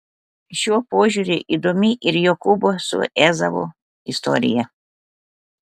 šiuo požiūriu įdomi ir jokūbo su ezavu istorija